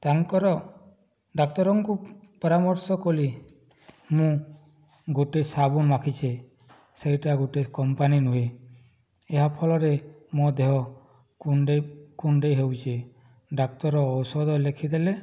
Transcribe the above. ତାଙ୍କର ଡାକ୍ତରଙ୍କୁ ପରାମର୍ଶ କଲି ମୁଁ ଗୋଟିଏ ସାବୁନ୍ ମାଖିଛି ସେଇଟା ଗୋଟିଏ କମ୍ପାନୀ ନୁହେଁ ଏହା ଫଳରେ ମୋ' ଦେହ କୁଣ୍ଡାଇ ହେଉଛି ଡାକ୍ତର ଔଷଧ ଲେଖିଦେଲେ